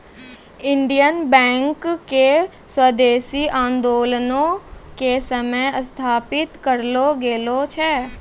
Indian bank के स्वदेशी आन्दोलनो के समय स्थापित करलो गेलो छै